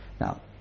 Now